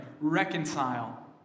reconcile